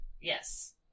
Yes